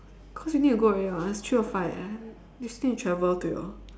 cause you need to go already [what] it's three o-five eh and you still need to travel to your